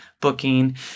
booking